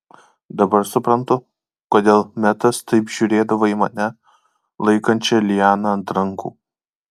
dabar suprantu kodėl metas taip žiūrėdavo į mane laikančią lianą ant rankų